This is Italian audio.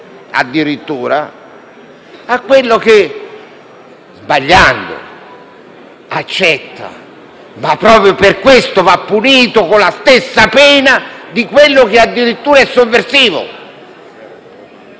a quella di colui che, sbagliando, accetta, ma proprio per questo va punito con la stessa pena di quello che addirittura è sovversivo?